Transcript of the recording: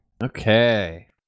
Okay